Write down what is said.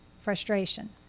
Frustration